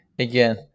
Again